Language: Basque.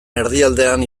erdialdean